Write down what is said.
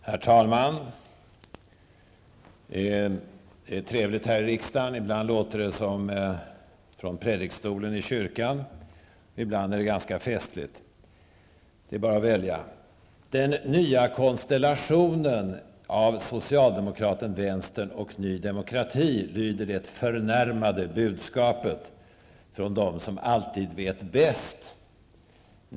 Herr talman! Det är trevligt här i riksdagen. Ibland låter det som från predikstolen i kyrkan, ibland är det ganska festligt. Det är bara att välja. ''Den nya konstellationen av socialdemokraterna, vänstern och Ny Demokrati'', lyder det förnärmade budskapet från dem som alltid vet bäst.